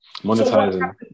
monetizing